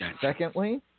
Secondly